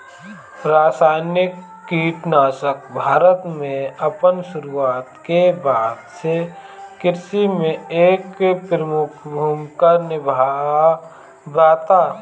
रासायनिक कीटनाशक भारत में अपन शुरुआत के बाद से कृषि में एक प्रमुख भूमिका निभावता